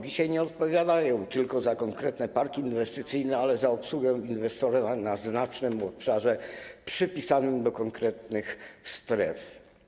Dzisiaj nie odpowiadają tylko za konkretne parki inwestycyjne, ale także za obsługę inwestora na znacznym obszarze przypisanym do konkretnych stref.